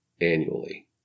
annually